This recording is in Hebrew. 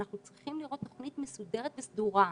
אנחנו צריכים לראות תוכנית מסודרת וסדורה,